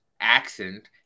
accent